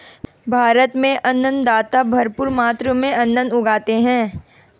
भारत में अन्नदाता भरपूर मात्रा में अन्न उगाते हैं